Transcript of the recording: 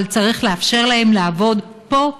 אבל צריך לאפשר להם לעבוד פה,